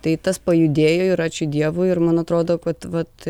tai tas pajudėjo ir ačiū dievui ir man atrodo kad vat